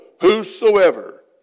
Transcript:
whosoever